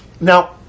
Now